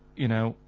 you know,